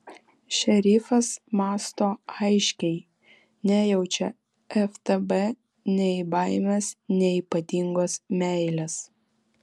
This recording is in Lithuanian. šerifas mąsto aiškiai nejaučia ftb nei baimės nei ypatingos meilės